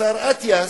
השר אטיאס,